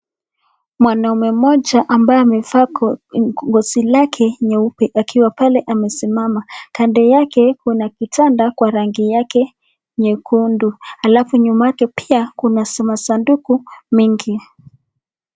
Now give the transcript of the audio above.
Mwanaume mmoja ambaye amevaa ngozi lake nyeupe akiwa pale amesimama. Kando yake kuna kitanda kwa rangi yake nyekundu alafu nyuma yake pia kuna masunduku mingi.